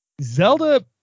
Zelda